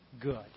good